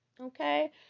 okay